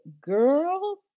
girl